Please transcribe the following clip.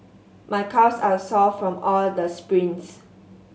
my calves are sore from all the sprints